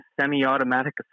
semi-automatic